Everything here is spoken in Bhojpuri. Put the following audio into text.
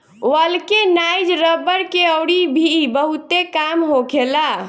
वल्केनाइज रबड़ के अउरी भी बहुते काम होखेला